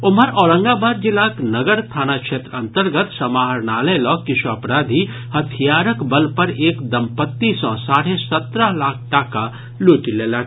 ओम्हर औरंगाबाद जिलाक नगर थाना क्षेत्र अंतर्गत समाहरणालय लऽग क्रिछ अपराधी हथियारक बल पर एक दंपति सॅ साढ़े सत्रह लाख टाका लूटि लेलक